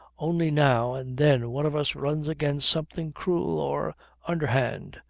only now and then one of us runs against something cruel or underhand,